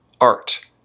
art